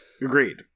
Agreed